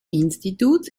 instituts